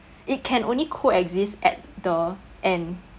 it can only co-exist at the end